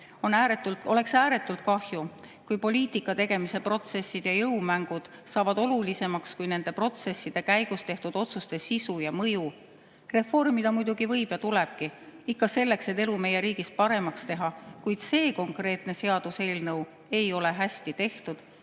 "Oleks ääretult kahju, kui poliitika tegemise protsessid ja jõumängud saavad olulisemaks kui nende protsesside käigus tehtud otsuste sisu ja mõju. Reformida muidugi võib ja tulebki, ikka selleks, et elu meie riigis paremaks teha, kuid see konkreetne seaduseelnõu ei ole hästi tehtud